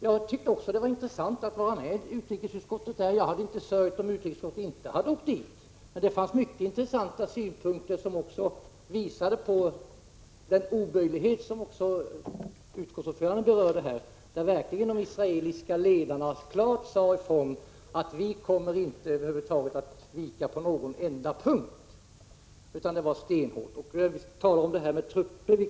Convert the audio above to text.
Jag tycker också att det var intressant att få vara med utrikesutskottet i Israel, men jag hade inte sörjt om utrikesutskottet inte hade åkt dit. Där fanns många intressanta synpunkter, och vi fick exempel på den oböjlighet som utskottets ordförande berörde, när de israeliska ledarna verkligt klart sade ifrån: Vi kommer över huvud taget inte att vika på någon enda punkt. Det var stenhårt. Vi talade om truppfrågan.